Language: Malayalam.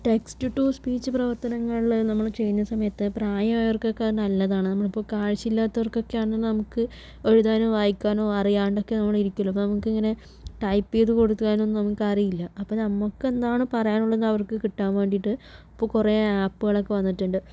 ടെക്സ്റ്റ് ടു സ്പീച്ച് പ്രവർത്തനങ്ങള് നമ്മള് ചെയ്യുന്ന സമയത്ത് പ്രായമായവർക്കൊക്കെ അത് നല്ലതാണ് നമ്മളിപ്പോൾ കാഴ്ച ഇല്ലാത്തവർക്കൊക്കെ ആണെങ്കിൽ നമുക്ക് എഴുതാനും വായിക്കാനും അറിയാണ്ടൊക്കെ നമ്മള് ഇരിക്കുമല്ലോ അപ്പോൾ നമുക്കിങ്ങനെ ടൈപ്പ് ചെയ്തു കൊടുക്കാനൊന്നും നമുക്കറിയില്ല അപ്പോൾ നമുക്ക് എന്താണോ പറയാനുള്ളത് അവർക്ക് കിട്ടാൻ വേണ്ടിയിട്ട് ഇപ്പോൾ കുറെ ആപ്പുകൾ ഒക്കെ വന്നിട്ടുണ്ട്